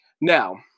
now